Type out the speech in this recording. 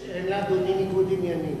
בייחוד שאין לאדוני ניגוד עניינים.